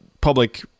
public